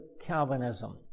Calvinism